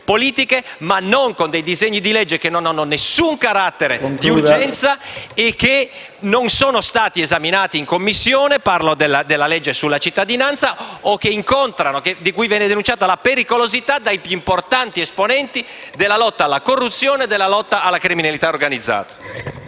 ma non con disegni di legge che non hanno nessun carattere d'urgenza e che non sono stati esaminati in Commissione - mi riferisco alla legge sulla cittadinanza - o di cui viene denunciata la pericolosità dai più importanti esponenti della lotta alla corruzione e alla criminalità organizzata.